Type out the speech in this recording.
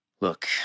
Look